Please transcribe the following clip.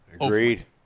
Agreed